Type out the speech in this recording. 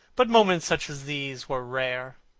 but moments such as these were rare.